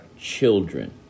children